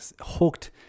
hooked